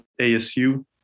ASU